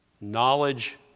Knowledge